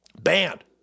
Banned